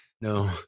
no